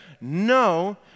no